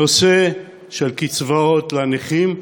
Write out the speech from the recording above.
הנושא של קצבאות לנכים,